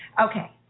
Okay